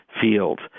field